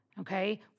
okay